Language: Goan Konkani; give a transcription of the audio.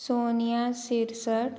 सोनिया सिरसट